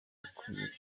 akwiye